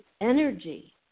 energy